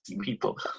people